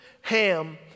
Ham